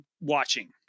watching